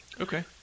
Okay